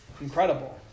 incredible